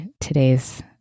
today's